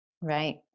Right